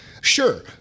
sure